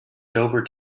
dover